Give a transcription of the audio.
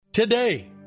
Today